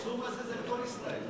דב, בסכום הזה זה לכל ישראל.